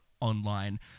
online